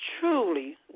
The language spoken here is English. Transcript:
truly